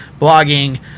blogging